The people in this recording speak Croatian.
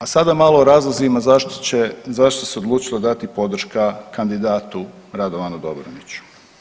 A sada malo o razlozima zašto se odlučilo dati podrška kandidatu Radovanu Dobroniću.